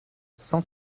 cent